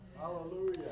Hallelujah